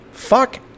Fuck